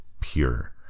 pure